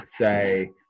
say